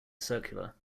circular